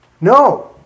No